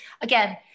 again